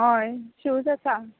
हय शूज आसा